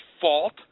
fault